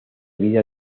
vida